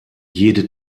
jede